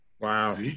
wow